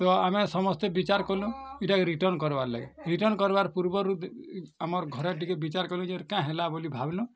ତ ଆମେ ସମସ୍ତେ ବିଚାର୍ କଲୁଁ ଇଟା କେ ରିଟର୍ଣ୍ଣ କରିବାର୍ ଲାଗି ରିଟର୍ଣ୍ଣ କରିବାର୍ ପୂର୍ବରୁ ବି ଆମର୍ ଘରେ ଟିକେ ବିଚାର୍ କଲୁ ଯେ କାଁ ହେଲା ବୋଲି ଭାବିଲୁ